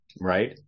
right